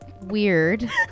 weird